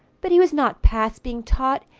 but he was not past being taught,